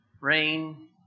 Rain